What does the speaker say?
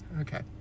Okay